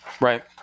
Right